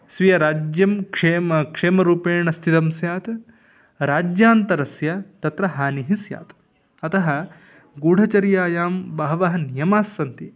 स्वीयराज्यं क्षेम क्षेमरूपेण स्थितं स्यात् राज्यान्तरस्य तत्र हानिः स्यात् अतः गूढचर्यायां बहवः नियमास्सन्ति